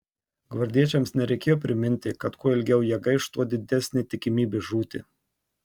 gvardiečiams nereikėjo priminti kad kuo ilgiau jie gaiš tuo didesnė tikimybė žūti